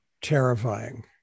terrifying